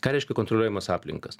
ką reiškia kontroliuojamas aplinkas